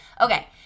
Okay